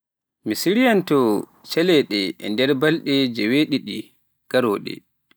Mi siryanto caleeɗe e nder balɗe joweeɗiɗi garooɗe.